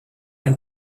ein